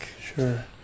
Sure